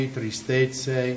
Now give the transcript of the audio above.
tristezze